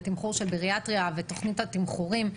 לתמחור של בריאטריה ותוכנית התמחורים,